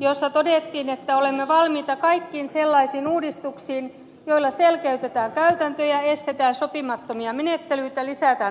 jossa todettiin että olemme valmiita kaikkiin sellaisiin uudistuksiin joilla selkeytetään käytäntöjä ja estetään sopimattomia menettelyjä lisätään avoimuutta